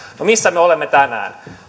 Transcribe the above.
no missä me olemme tänään